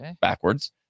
backwards